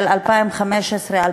של 2015 2016,